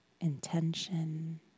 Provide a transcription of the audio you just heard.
intention